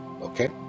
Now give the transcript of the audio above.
okay